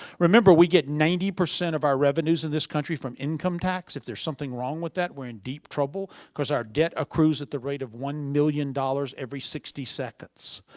remember, we get ninety percent of our revenues in this country from income tax. if there's something wrong with that, we're in deep trouble. course our debt accrues at the rate of one million dollars every sixty seconds.